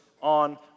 on